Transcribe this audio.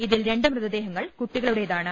ഇതിൽ രണ്ട് മൃതദേഹങ്ങൾ കുട്ടികളുടേതാണ്